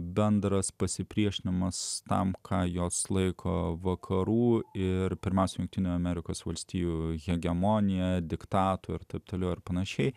bendras pasipriešinimas tam ką jos laiko vakarų ir pirmaus jungtinių amerikos valstijų hegemonija diktato ir taip toliau ir panašiai